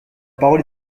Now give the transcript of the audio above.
parole